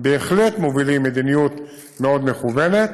בהחלט מובילים מדיניות מאוד מכוונת,